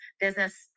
business